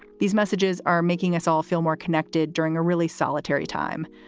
these messages are making us all feel more connected during a really solitary time.